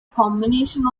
combination